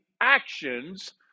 actions